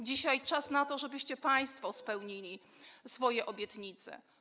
Dzisiaj czas na to, żebyście państwo spełnili swoje obietnice.